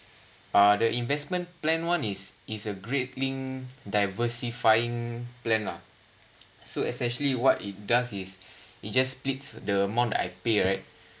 uh the investment plan [one] is is a great linked diversifying plan ah so essentially what it does is it just splits the amount that I pay right